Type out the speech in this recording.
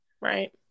Right